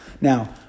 Now